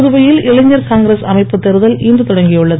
புதுவையில் இளைஞர் காங்கிரஸ் அமைப்பு தேர்தல் இன்று தொடங்கியுள்ளது